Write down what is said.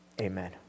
Amen